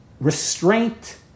Restraint